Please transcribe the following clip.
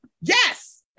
Yes